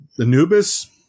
Anubis